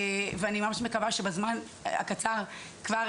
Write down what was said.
ואני ממש מקווה שבזמן הקצר כבר